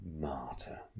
Martyr